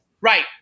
Right